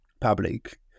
public